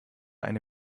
eine